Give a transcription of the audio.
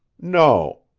no.